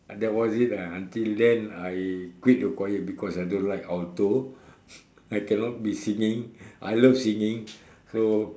that was it ah until then I quit the choir because I don't like alto I cannot be singing I love singing so